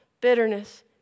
bitterness